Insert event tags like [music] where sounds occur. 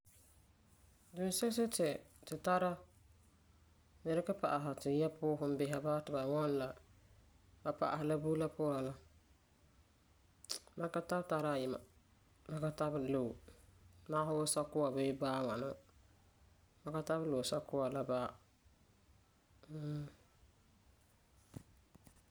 Dunsesi ti tu tara ni dikɛ pa'asɛ tu yɛa puusin bisera ba ti la ŋwɔna la ba pa'asɛ la buuri la puan la [unintelligible] mam ka tabelɛ tara ayima Mam ka tabelɛ loe Magesi wuu sakua bii baa ŋwana. [unintelligible] mam ka tabelɛ loe sakua la baa.